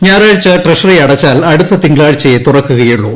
ഞായറാഴ്ച ട്രഷറി അടച്ചാൽ അടുത്ത തിങ്കളാഴ്ചയേ തുറക്കുകയുള്ളൂ